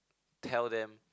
tell them